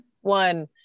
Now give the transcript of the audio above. one